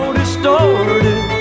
distorted